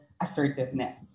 assertiveness